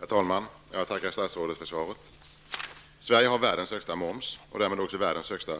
Herr talman! Jag tackar statsrådet för svaret. Sverige har världens högsta moms och därmed också världens högsta